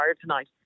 tonight